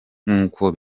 nk’uko